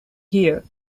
here